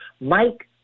Mike